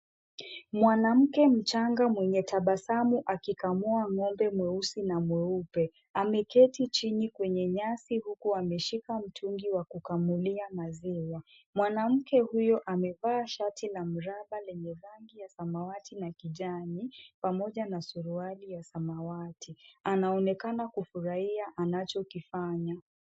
Mwanamke mchanga mwenye tabasamu akikamua ng'ombe mweusi na mweupe. Ameketi chini kwenye nyasi huku ameshika mtungi wa kukamulia. Mwanamke huyo amevaa shati la miraba lenye rangi ya samawati na kijani pamoja na suruali ya samawati. Anaonekana kufurahia anachokifanya.